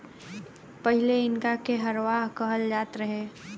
पहिले इनका के हरवाह कहल जात रहे